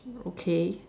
okay